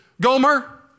Gomer